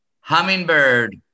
Hummingbird